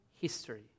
history